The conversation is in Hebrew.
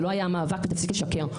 זה לא היה המאבק ותפסיק לשקר.